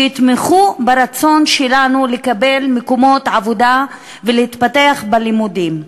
שיתמכו ברצון שלנו לקבל מקומות עבודה ולהתפתח בלימודים.